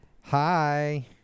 Hi